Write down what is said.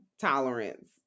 tolerance